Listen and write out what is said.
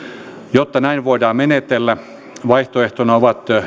jotta näin voidaan menetellä vaihtoehtoina ovat